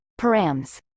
params